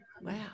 Wow